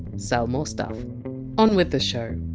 sell more stuff on with the show